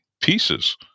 pieces